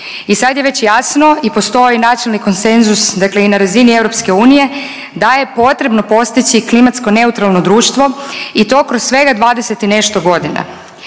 i sad je već jasno i postoji načelni konsenzus, dakle i na razini EU da je potrebno postići klimatsko neutralno društvo i to kroz svega 20 i nešto godina.